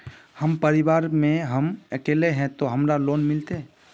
हम परिवार में हम अकेले है ते हमरा लोन मिलते?